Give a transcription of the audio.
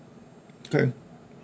K